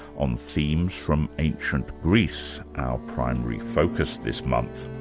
on themes from ancient greece, our primary focus this month.